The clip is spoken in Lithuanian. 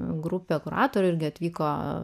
grupė kuratorių irgi atvyko